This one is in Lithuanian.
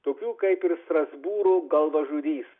tokių kaip ir strasbūro galvažudys